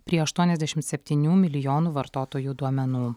prie aštuoniasdešimt septynių milijonų vartotojų duomenų